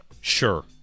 Sure